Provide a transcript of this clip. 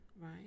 right